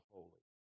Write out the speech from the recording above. Holy